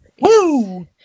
Woo